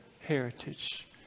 heritage